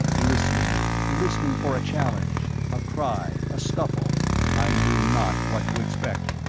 listening listening for a challenge, a cry, a scuffle i knew not what to expect.